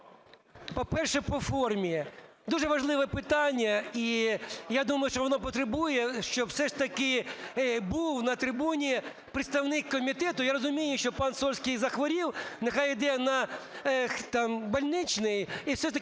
по-перше, по формі. Дуже важливе питання. І я думаю, що воно потребує, щоб все ж таки був на трибуні представник комітету. Я розумію, що пан Сольський захворів. Нехай іде на больничный. І все-таки